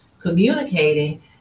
communicating